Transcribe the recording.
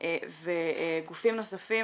וגופים נוספים,